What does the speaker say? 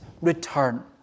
return